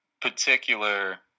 particular